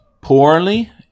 poorly